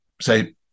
say